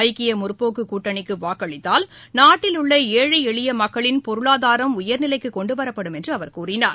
ஐக்கியமுற்போக்குகூட்டணிக்குவாக்களித்தால் நாட்டில் உள்ளஏஎழஎளியமக்களின் பொருளாதாரம் உயர்நிலைக்குகொண்டுவரப்படும் என்றுகூறினார்